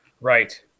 Right